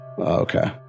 Okay